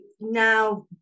now